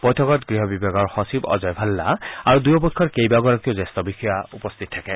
বৈঠকত গৃহ বিভাগৰ সচিব অজয় ভাল্লা আৰু দুয়োপক্ষৰ কেইবাগৰাকীও জ্যেষ্ঠ বিষয়া উপস্থিত থাকে